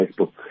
Facebook